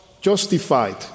justified